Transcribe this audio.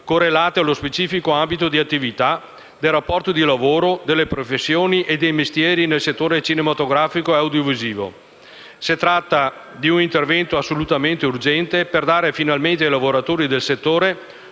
correlate allo specifico ambito di attività, del rapporto di lavoro, delle professioni e dei mestieri nel settore cinematografico e audiovisivo. Si tratta di un intervento assolutamente urgente per dare finalmente ai lavoratori del settore